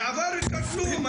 זה עבר כמו כלום.